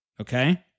Okay